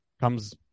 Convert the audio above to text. comes